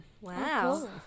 Wow